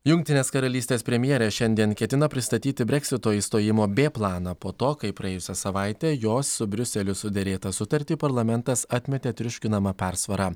jungtinės karalystės premjerė šiandien ketina pristatyti breksito išstojimo b planą po to kai praėjusią savaitę jos su briuseliu suderėtą sutartį parlamentas atmetė triuškinama persvara